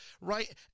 right